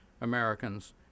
Americans